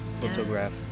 photograph